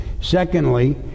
Secondly